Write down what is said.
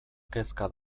kezka